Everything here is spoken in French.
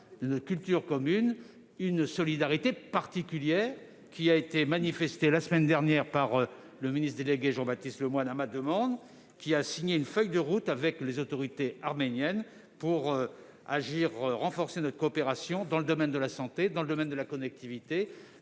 une culture commune et une solidarité particulière, qui s'est manifestée la semaine dernière lorsque le ministre délégué Jean-Baptiste Lemoyne a signé, à ma demande, une feuille de route avec les autorités arméniennes pour renforcer notre coopération dans le domaine de la santé, de la connectivité